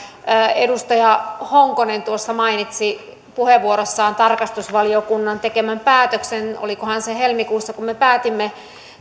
edustaja honkonen mainitsi puheenvuorossaan tarkastusvaliokunnan tekemän päätöksen olikohan se helmikuussa kun me päätimme